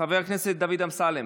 חבר הכנסת דוד אמסלם,